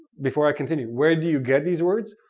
before i continue, where do you get these words?